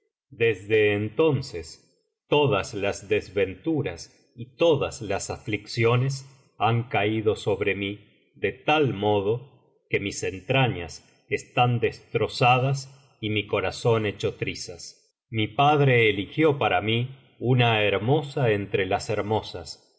desde entonces todas las desventuras y todas las aflicciones han caído sobre mí de tal modo que mis entrañas están destrozadas y mi corazón hecho trizas mi padre eligió para mí una hermosa entre las hermosas